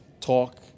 talk